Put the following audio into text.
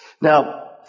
Now